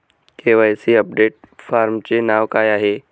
KYC update फॉर्मचे नाव काय आहे?